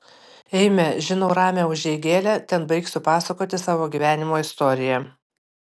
eime žinau ramią užeigėlę ten baigsiu pasakoti savo gyvenimo istoriją